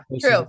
true